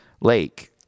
lake